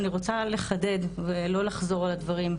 אני רוצה לחדד ולא לחזור על הדברים.